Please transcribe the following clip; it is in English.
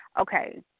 Okay